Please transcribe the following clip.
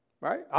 right